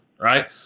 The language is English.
right